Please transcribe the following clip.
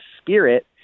spirit